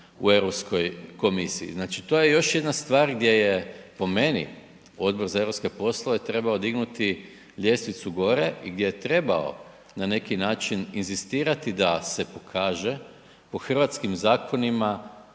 u Europskoj komisiji. Znači, to je još jedna stvar gdje je, po meni, Odbor za europske poslove trebao dignuti ljestvicu gore i gdje je trebao na neki način inzistirati da se pokaže po hrvatskim zakonima